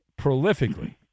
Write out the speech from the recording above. prolifically